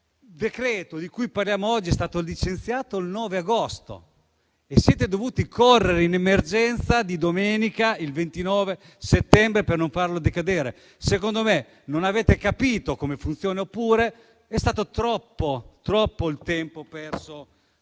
Il decreto-legge di cui parliamo oggi è stato licenziato il 9 agosto e siete dovuti correre in emergenza domenica 29 settembre per non farlo decadere. Secondo me, non avete capito come funziona, oppure è stato troppo il tempo perso